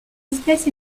espèce